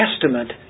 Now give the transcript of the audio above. Testament